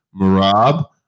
Marab